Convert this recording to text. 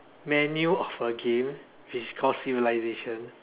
manual of a game which is called civilisation